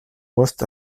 post